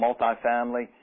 multifamily